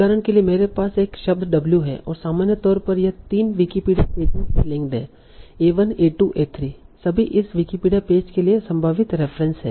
उदाहरण के लिए मेरे पास एक शब्द w है और सामान्य तौर पर यह तीन विकिपीडिया पेजेज से लिंक है a1 a2 a3 सभी इस विकिपीडिया पेज के लिए संभावित रेफ़रेंस हैं